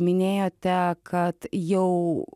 minėjote kad jau